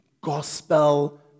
gospel